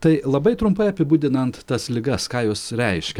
tai labai trumpai apibūdinant tas ligas ką jos reiškia